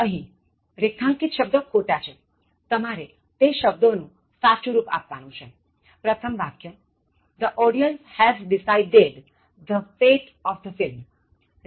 રેખાંકિત શબ્દો ખોટા છે તમારે તે શબ્દોનું સાચું રુપ આપવાનું છે પ્રથમ વાક્ય The audience has decided the fate of the film